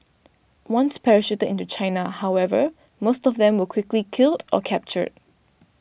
once parachuted into China however most of them were quickly killed or captured